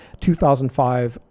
2005